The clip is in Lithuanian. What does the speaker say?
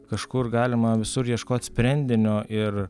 kažkur galima visur ieškot sprendinio ir